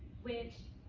which,